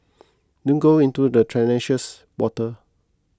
don't go into the treacherous water